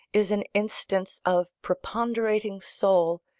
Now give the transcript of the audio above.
is an instance of preponderating soul,